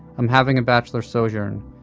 i'm having a bachelor sojourn.